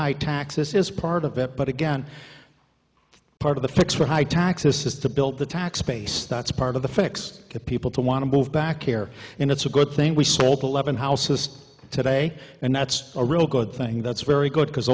high taxes is part of it but again part of the fix for high taxes is to build the tax base that's part of the fix get people to want to move back here and it's a good thing we sold the eleven houses today and that's a real good thing that's very good because